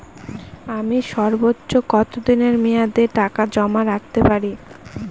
আমি সর্বোচ্চ কতদিনের মেয়াদে টাকা জমা রাখতে পারি?